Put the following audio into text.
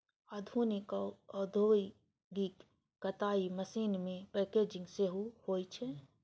आधुनिक औद्योगिक कताइ मशीन मे पैकेजिंग सेहो होइ छै